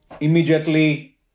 immediately